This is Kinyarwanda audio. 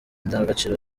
indangagaciro